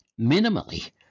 minimally